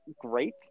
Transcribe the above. great